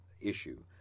issue